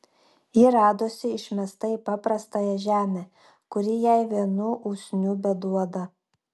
ji radosi išmesta į paprastąją žemę kuri jai vienų usnių beduoda